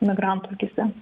migrantų akyse